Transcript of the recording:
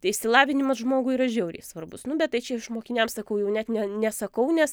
tai išsilavinimas žmogui yra žiauriai svarbus nu bet tai čia aš mokiniams sakau jau net ne nesakau nes